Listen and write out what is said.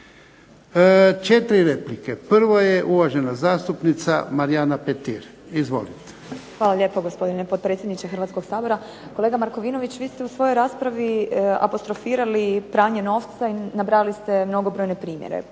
Četiri replike. Prvo je uvažena zastupnica Marijana Petir. Izvolite. **Petir, Marijana (HSS)** Hvala lijepo gospodine potpredsjedniče Hrvatskog sabora. Kolega Markovinović, vi ste u svojoj raspravi apostrofirali pranje novca i nabrajali ste mnogobrojne primjere.